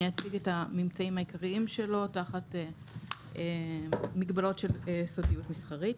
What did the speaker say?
אני אציג את הממצאים העיקריים שלו תחת מגבלות של סוגיות מסחרית: